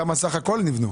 כמה סך הכל נבנו.